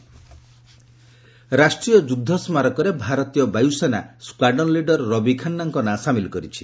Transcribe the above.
IAF ରବିଖାନ୍ତା ରାଷ୍ଟ୍ରୀୟ ଯୁଦ୍ଧ ସ୍ମାରକରେ ଭାରତୀୟ ବାୟୁସେନା ସ୍କାର୍ଡନ ଲିଡର ରବି ଖାନ୍ଧାଙ୍କ ନାଁ ସାମିଲ କରିଛି